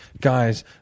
Guys